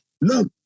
look